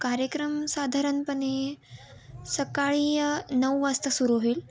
कार्यक्रम साधारणपणे सकाळी नऊ वाजता सुरू होईल